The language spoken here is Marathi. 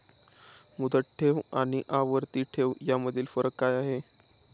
मुदत ठेव आणि आवर्ती ठेव यामधील फरक काय आहे?